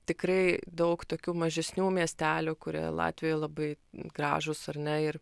tikrai daug tokių mažesnių miestelių kurie latvijoj labai gražūs ar ne ir